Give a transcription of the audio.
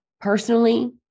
personally